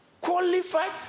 qualified